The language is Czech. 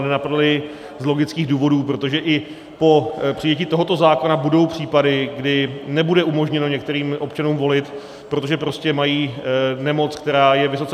A nenapadl je z logických důvodů, protože i po přijetí tohoto zákona budou případy, kdy nebude umožněno některým občanům volit, protože prostě mají nemoc, která je vysoce nakažlivá.